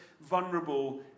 vulnerable